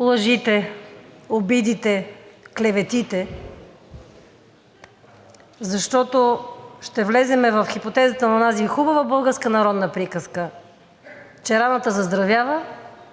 лъжите, обидите, клеветите, защото ще влезем в хипотезата на онази хубава българска народна приказка, че раната заздравява,